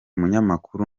munyamakuru